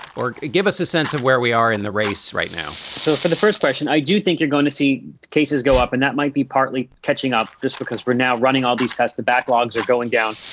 or give us a sense of where we are in the race right now so for the first question, i do think you're going to see cases go up and that might be partly catching up. just because we're now running all these has the backlogs are going down.